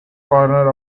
corner